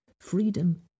freedom